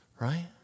Right